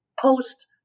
post